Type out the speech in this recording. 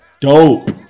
Dope